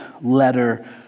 letter